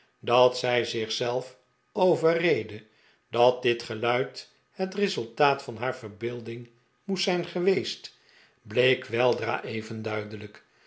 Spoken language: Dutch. dat zij zich zelf overreedde dat dit geluid het resultaat van haar verbeelding moest zijn geweest bleek weldra even duidelijk